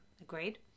Agreed